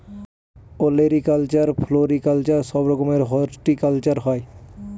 olericulture, floriculture সব রকমের horticulture হয়